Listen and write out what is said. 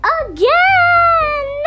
again